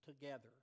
together